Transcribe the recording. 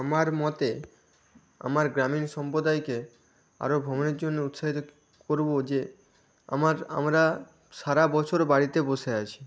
আমার মতে আমার গ্রামীণ সম্প্রদায়কে আরও ভ্রমণের জন্য উৎসাহিত করব যে আমার আমরা সারা বছর বাড়িতে বসে আছি